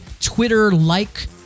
Twitter-like